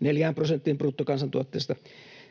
neljään prosenttiin bruttokansantuotteesta